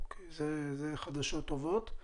אלה חדשות טובות.